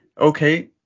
Okay